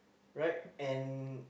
right and